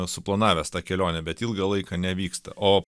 suplanavęs tą kelionę bet ilgą laiką nevyksta o